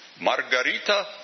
Margarita